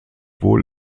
wohl